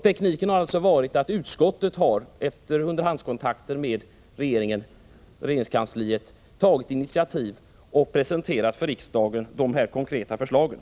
Tekniken har alltså varit att utskottet, efter underhandskontakter med regeringskansliet, har tagit initiativ och för riksdagen presenterat de här konkreta förslagen.